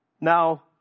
Now